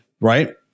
right